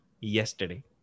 yesterday